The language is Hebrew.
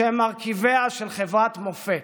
שהם מרכיביה של חברת מופת.